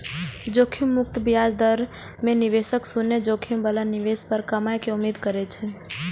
जोखिम मुक्त ब्याज दर मे निवेशक शून्य जोखिम बला निवेश पर कमाइ के उम्मीद करै छै